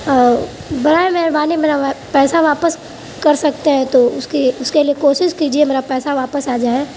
اوہ برائے مہربانی میرا پیسا واپس کر سکتے ہیں تو اس کے اس کے لیے کوشش کیجیے میرا پیسا واپس آ جائے